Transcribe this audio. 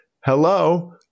Hello